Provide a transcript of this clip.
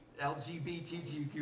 LGBTQ